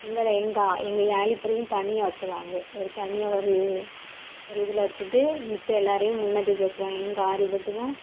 எங்களை எங்கள் எங்கள் ஏழு பேரையும் தனியாக வச்சிருவாங்க ஒரு தனியாக ஒரு ஒரு இதில் வச்சுட்டு மத்த எல்லோரையும் முன்னே தூக்கி வச்சிருவாங்க எங்கள் ஆறு பேத்துக்கும்